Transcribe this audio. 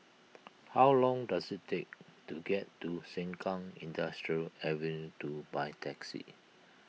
how long does it take to get to Sengkang Industrial Ave two by taxi